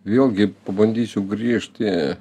vėlgi pabandysiu grįžti